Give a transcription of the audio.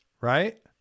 right